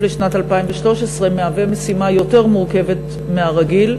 לשנת 2013 מהווה משימה יותר מורכבת מהרגיל,